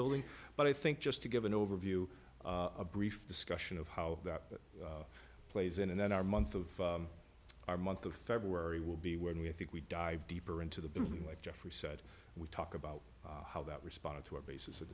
building but i think just to give an overview a brief discussion of how that plays in and then our month of our month of february will be when we think we dive deeper into the building like jeffrey said we talk about how that responded to our basis of